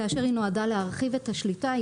כאשר היא נועדה להרחיב את השליטה.